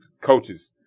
coaches